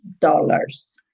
dollars